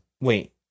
wait